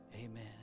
Amen